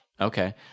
Okay